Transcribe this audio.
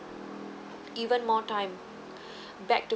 even more time back to